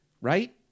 right